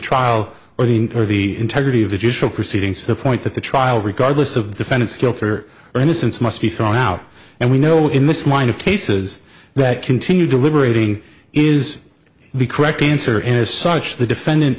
trial or the interview the integrity of the judicial proceedings the point that the trial regardless of the defendant's guilt or innocence must be thrown out and we know in this line of cases that continue deliberating is the correct answer and as such the defendant